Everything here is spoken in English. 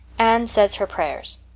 anne says her prayers